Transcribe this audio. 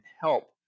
help